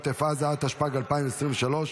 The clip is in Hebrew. (הוראת שעה), התשפ"ד 2024,